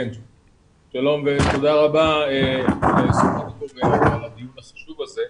שלום ותודה רבה על הדיון החשוב הזה.